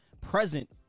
present